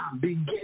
begin